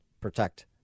protect